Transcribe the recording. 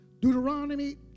Deuteronomy